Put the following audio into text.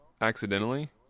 accidentally